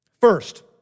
First